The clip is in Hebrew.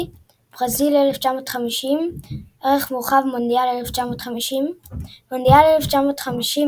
ברזיל 1950 ערך מורחב – מונדיאל 1950 במונדיאל 1950,